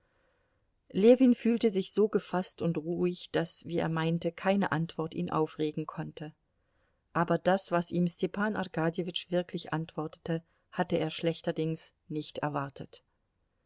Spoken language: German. ljewin fühlte sich so gefaßt und ruhig daß wie er meinte keine antwort ihn aufregen konnte aber das was ihm stepan arkadjewitsch wirklich antwortete hatte er schlechterdings nicht erwartet